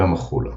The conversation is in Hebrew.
אגם החולה